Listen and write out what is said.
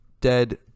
dead